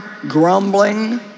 grumbling